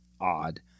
odd